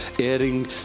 adding